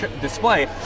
display